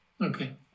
Okay